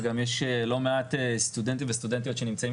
וגם יש לא מעט סטודנטים וסטודנטיות שנמצאים